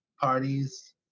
parties